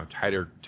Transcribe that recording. tighter